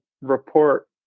report